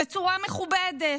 בצורה מכובדת,